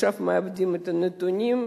עכשיו מעבדים את הנתונים,